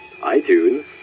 iTunes